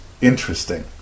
interesting